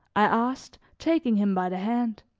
i asked, taking him by the hand.